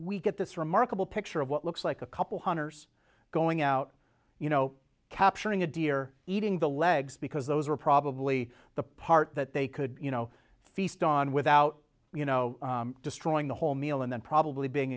we get this remarkable picture of what looks like a couple hundred years going out you know capturing a deer eating the legs because those were probably the part that they could you know feast on without you know destroying the whole meal and then probably being